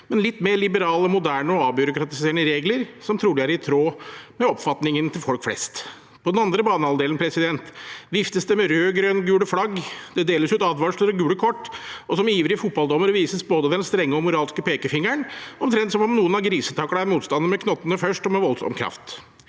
men litt mer liberale, moderne og avbyråkratiserende regler som trolig er i tråd med oppfatningen til folk flest. På den andre banehalvdelen viftes det med rødgrønngule flagg, det deles ut advarsler og gule kort, og som ivrige fotballdommere vises både den strenge og moralske pekefingeren – omtrent som om noen har grisetaklet en motstander med knottene først og med voldsom kraft.